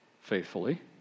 Faithfully